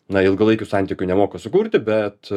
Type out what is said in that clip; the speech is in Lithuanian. na ilgalaikių santykių nemoka sukurti bet